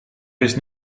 wist